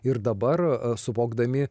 ir dabar suvokdami